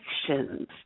actions